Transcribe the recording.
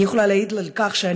אני יכולה להעיד שאני,